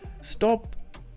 stop